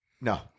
No